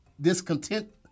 discontent